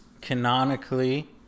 canonically